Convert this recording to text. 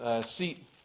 seat